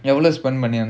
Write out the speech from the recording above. எவ்ளோ:evlo spend பண்ண:panna